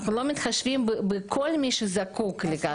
אנחנו לא מתחשבים בכל מי שזקוק לכך,